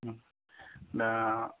दा